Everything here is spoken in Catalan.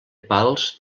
pals